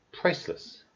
priceless